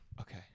Okay